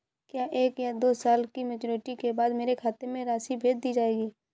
क्या एक या दो साल की मैच्योरिटी के बाद मेरे खाते में राशि भेज दी जाएगी?